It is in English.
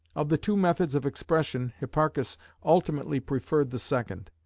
of the two methods of expression hipparchus ultimately preferred the second.